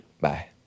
Bye